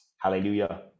hallelujah